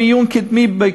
הצו קובע כי תוכנית המבחן,